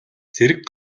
зэрэг